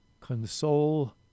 console